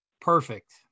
perfect